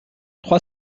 trois